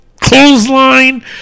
clothesline